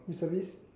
reservist